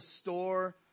store